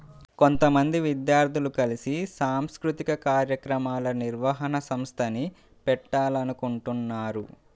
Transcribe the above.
కొంతమంది విద్యార్థులు కలిసి సాంస్కృతిక కార్యక్రమాల నిర్వహణ సంస్థని పెట్టాలనుకుంటన్నారు